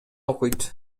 окуйт